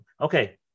Okay